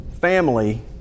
family